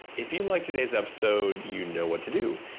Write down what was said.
if you liked today's episode you know what to do.